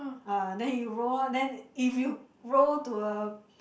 uh then you roll oh then if you roll to a